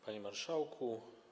Panie Marszałku!